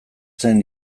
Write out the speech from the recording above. zen